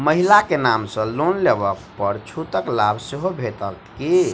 महिला केँ नाम सँ लोन लेबऽ पर छुटक लाभ सेहो भेटत की?